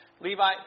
Levi